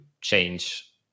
change